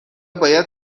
باید